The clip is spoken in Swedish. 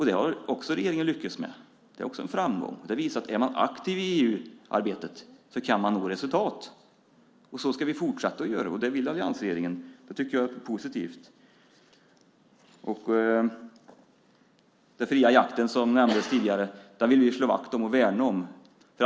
Det har regeringen också lyckats med. Det är också en framgång. Det visar att om man är aktiv i EU-arbetet kan man nå resultat. Det ska vi fortsätta med. Det vill alliansregeringen. Det tycker jag är positivt. Den fria jakten, som nämndes tidigare, vill vi värna om.